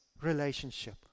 relationship